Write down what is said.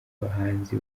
abahanzi